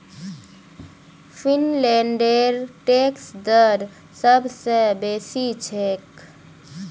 फिनलैंडेर टैक्स दर सब स बेसी छेक